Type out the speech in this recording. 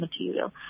material